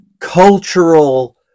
cultural